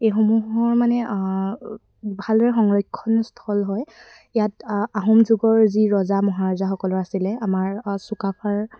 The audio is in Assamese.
এইসমূহৰ মানে ভালদৰে সংৰক্ষণস্থল হয় ইয়াত আহোম যুগৰ যি ৰজা মহাৰজাসকলৰ আছিলে আমাৰ চুকাফাৰ